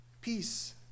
Peace